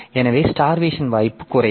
எனவே ஸ்டார்வேசன் வாய்ப்பு குறைவு